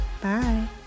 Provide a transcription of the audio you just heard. Bye